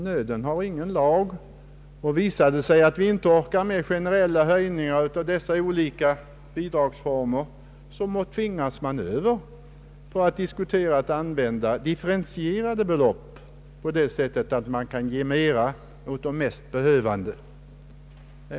Nöden har ingen lag, och visar det sig att vi inte orkar med generella höjningar av de olika bidragsformerna tvingas vi diskutera differentieringar, i syfte att ge mera åt de mest behövande.